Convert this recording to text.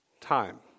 time